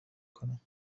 کنم